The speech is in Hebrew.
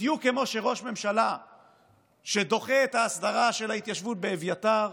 בדיוק כמו שראש ממשלה שדוחה את ההסדרה של ההתיישבות באביתר,